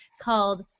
called